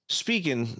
speaking